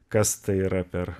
kas tai yra per